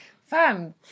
fam